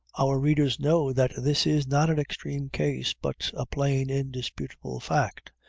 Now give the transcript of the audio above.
our readers know that this is not an extreme case, but a plain, indisputable fact,